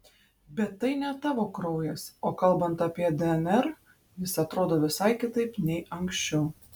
bet tai ne tavo kraujas o kalbant apie dnr jis atrodo visai kitaip nei anksčiau